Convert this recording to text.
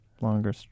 longer